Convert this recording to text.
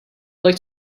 like